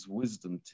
wisdom